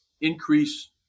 increase